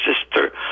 sister